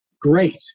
great